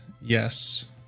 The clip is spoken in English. yes